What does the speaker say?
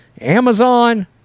Amazon